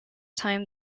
time